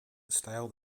styled